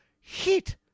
heat